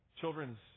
children's